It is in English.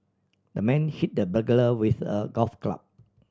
the man hit the burglar with a golf club